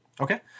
Okay